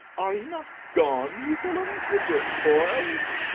are ye not gone, ye villains, with your spoils?